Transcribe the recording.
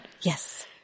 Yes